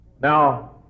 Now